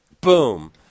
Boom